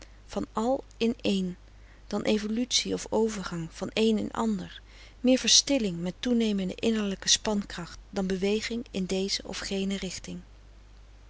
van al in eén dan evolutie of overgang van één in ander meer verstilling met toenemende innerlijke spankracht dan beweging in deze of gene richting